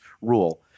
rule